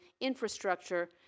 infrastructure